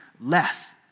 less